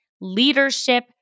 leadership